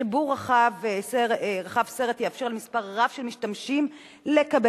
חיבור רחב-סרט יאפשר למספר רב של משתמשים לקבל